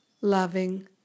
loving